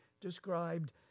described